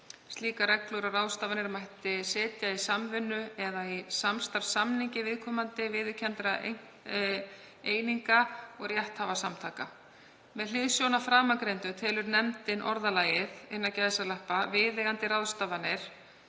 Slíkar reglur og ráðstafanir mætti setja í samvinnu- eða í samstarfssamningi viðkomandi viðurkenndra eininga og rétthafasamtaka. Með hliðsjón af framangreindu telur nefndin orðalagið „viðeigandi ráðstafanir“